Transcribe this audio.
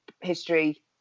history